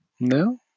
No